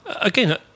Again